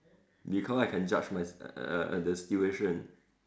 before I can judge myse~ err the situation